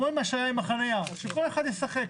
למשל כמו עם החניה, שכל אחד ישחק